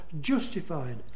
justified